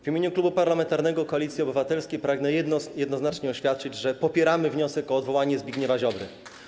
W imieniu Klubu Parlamentarnego Koalicja Obywatelska pragnę jednoznacznie oświadczyć, że popieramy wniosek o odwołanie Zbigniewa Ziobry.